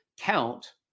count